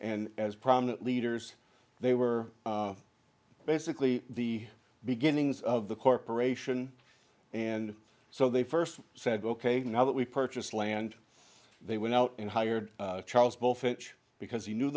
and as prominent leaders they were basically the beginnings of the corporation and so they first said ok now that we purchased land they went out and hired charles bullfinch because he knew